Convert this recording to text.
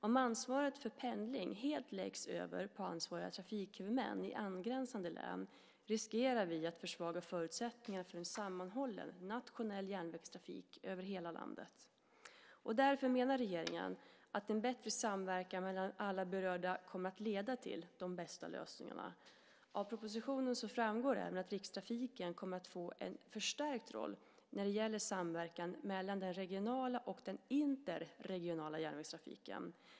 Om ansvaret för pendling helt läggs över på ansvariga trafikhuvudmän i angränsande län riskerar vi att försvaga förutsättningarna för en sammanhållen nationell järnvägstrafik över hela landet. Därför menar regeringen att en bättre samverkan mellan alla berörda kommer att leda till de bästa lösningarna. Av propositionen framgår även att Rikstrafiken kommer att få en förstärkt roll när det gäller samverkan mellan den regionala och den interregionala järnvägstrafiken.